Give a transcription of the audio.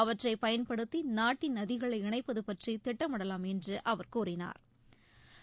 அவற்றை பயன்படுத்தி நாட்டின் நதிகளை இணைப்பது பற்றி திட்டமிடலாம் என்று அவர் கூறினாா்